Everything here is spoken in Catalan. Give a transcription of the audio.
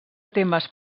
temes